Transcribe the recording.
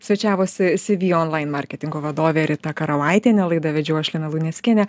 svečiavosi cv onlain marketingo vadovė rita karavaitienė laidą vedžiau aš lina luneckienė